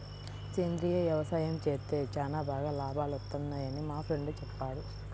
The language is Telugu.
సేంద్రియ యవసాయం చేత్తే చానా బాగా లాభాలొత్తన్నయ్యని మా ఫ్రెండు చెప్పాడు